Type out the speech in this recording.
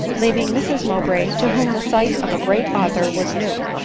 leaving mrs mow bray, to whom the sight of a great author was new,